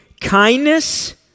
kindness